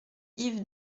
yves